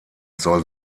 soll